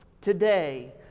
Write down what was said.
today